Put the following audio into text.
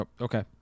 Okay